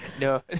no